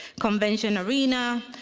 convention arena,